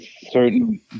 certain